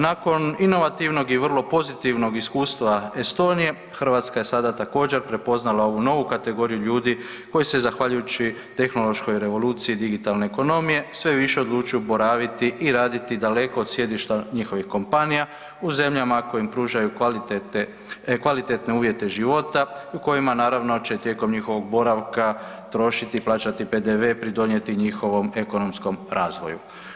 Nakon inovativnog i vrlo pozitivnog iskustva Estonije, Hrvatska je sada također prepoznala ovu novu kategoriju ljudi koji se zahvaljujući tehnološkoj revoluciji digitalne ekonomije sve više odlučuju boraviti i radi daleko od sjedišta od njihovih kompanija u zemljama koje im pružaju kvalitete, kvalitetne uvjete života i u kojima će naravno tijekom njihova boravka trošiti, plaćati PDV, pridonijeti njihovom ekonomskom razvoju.